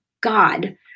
God